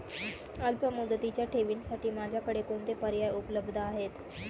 अल्पमुदतीच्या ठेवींसाठी माझ्याकडे कोणते पर्याय उपलब्ध आहेत?